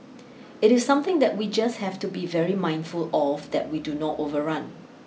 it is something that we just have to be very mindful of that we do not overrun